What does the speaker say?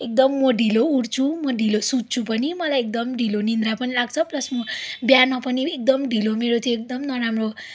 एकदम म ढिलो उठ्छु म ढिलो सुत्छु पनि मलाई एकदम ढिलो निद्रा पनि लाग्छ प्लस म बिहान पनि एकदम ढिलो मेरो त्यो एकदम नराम्रो